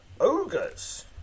Ogres